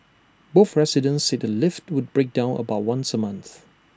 both residents said A lift would break down about once A month